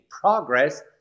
progress